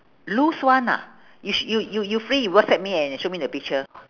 loose one ah you sh~ you you you free you whatsapp me and show me the picture